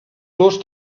dos